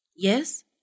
Yes